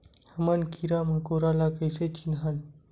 हमन कीरा मकोरा ला कइसे चिन्हन?